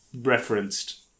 referenced